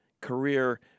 career